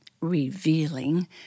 revealing